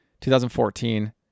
2014